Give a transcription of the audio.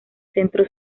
centro